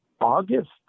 August